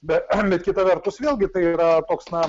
bet kita vertus vėlgi tai yra toks na